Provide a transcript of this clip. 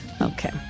Okay